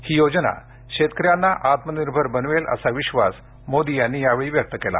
ही योजना शेतकऱ्यांना आत्मनिर्भर बनवेल असा विश्वास मोदी यांनी यावेळी व्यक्त केला